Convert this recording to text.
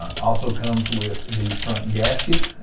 also comes with the front gasket.